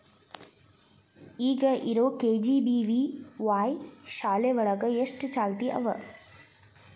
ಈಗ ಇರೋ ಕೆ.ಜಿ.ಬಿ.ವಿ.ವಾಯ್ ಶಾಲೆ ಒಳಗ ಎಷ್ಟ ಚಾಲ್ತಿ ಅವ?